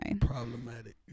Problematic